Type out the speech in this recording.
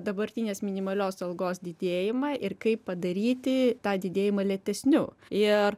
dabartinės minimalios algos didėjimą ir kaip padaryti tą didėjimą lėtesniu ir